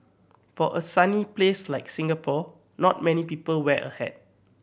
for a sunny place like Singapore not many people wear a hat